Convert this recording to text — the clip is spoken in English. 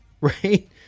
right